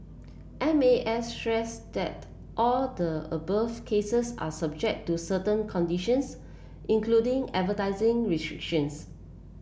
M A S stress that all of the above cases are subject to certain conditions including advertising restrictions